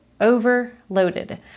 overloaded